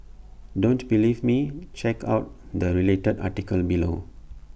don't believe me check out the related articles below